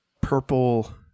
purple